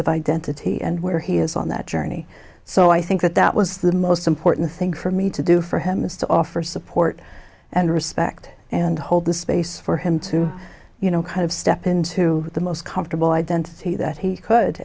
of identity and where he is on that journey so i think that that was the most important thing for me to do for him is to offer support and respect and hold the space for him to you know kind of step into the most comfortable identity that he could